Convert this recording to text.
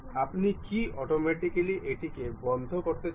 আপনি কী অটোমেটিক্যালি এটিকে বদ্ধ করতে চান